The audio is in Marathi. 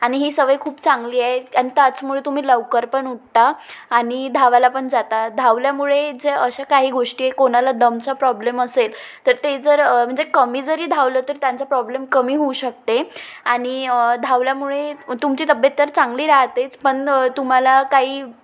आणि ही सवय खूप चांगली आहे आणि त्याचमुळे तुम्ही लवकर पण उठता आणि धावायला पण जाता धावल्यामुळे जे अशा काही गोष्टी आहे कोणाला दमचा प्रॉब्लेम असेल तर ते जर म्हणजे कमी जरी धावलं तर त्यांचं प्रॉब्लेम कमी होऊ शकते आणि धावल्यामुळे तुमची तब्येत तर चांगली राहतेच पण तुम्हाला काही